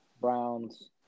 Browns